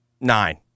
Nine